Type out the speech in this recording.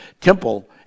temple